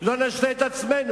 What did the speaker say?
זאת הבעיה שלנו.